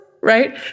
right